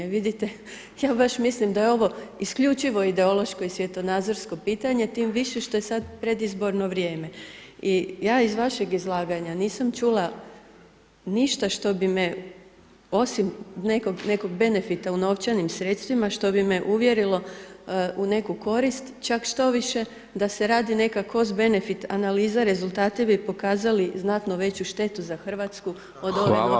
Vidite, ja baš mislim da je ovo isključivo ideološko i svjetonazorsko pitanje, tim više što je sad predizborno vrijeme i ja iz vašeg izlaganja nisam čula ništa što bi me, osim nekog benefita u novčanim sredstvima, što bi me uvjerilo u neku korist, čak štoviše da se radi neka kos benefit analiza, rezultate bi pokazali znatno veću štetu za RH [[Upadica: Hvala vam]] od ove novčane koristi.